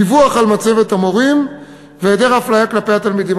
דיווח על מצבת המורים והיעדר אפליה כלפי התלמידים.